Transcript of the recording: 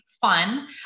fun